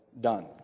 done